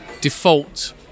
default